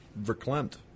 verklempt